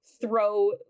throw